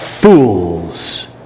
fools